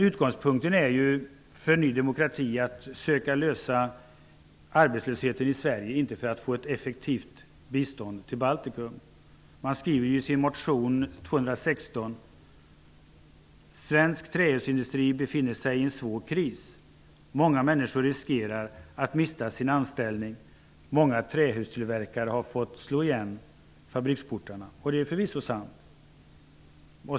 Utgångspunkten för Ny demokrati är att man söker åtgärda arbetslösheten i Sverige snarare än att man söker få till stånd ett effektivt bistånd till Svensk trähusindustri befinner sig i en svår kris. Många människor riskerar att mista sin anställning. Många trähustillverkare har fått slå igen fabriksportarna -- och det är förvisso sant.